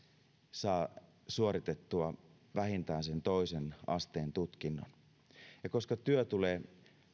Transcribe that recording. saa suoritettua vähintään toisen asteen tutkinnon ja koska työ tulee